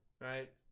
right